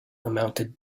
amounted